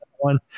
one